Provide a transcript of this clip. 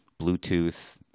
Bluetooth